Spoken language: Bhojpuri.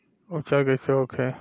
उपचार कईसे होखे?